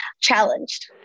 challenged